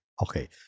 Okay